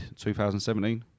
2017